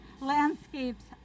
landscapes